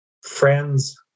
friends